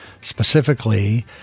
Specifically